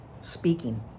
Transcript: speaking